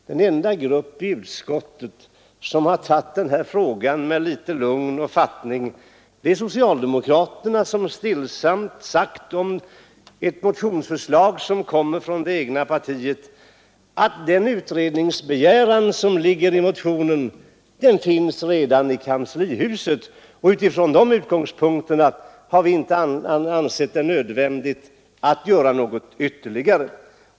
Den enda grupp i utskottet som tagit denna fråga med lugn och fattning är den socialdemokratiska, vilken om ett motionsförslag som kommer från det egna partiet stillsamt sagt, att den utredningsbegäran som ligger i motionen redan finns i kanslihuset. Utifrån dessa utgångspunkter har vi inte ansett det nödvändigt att göra något ytterligare.